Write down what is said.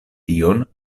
tion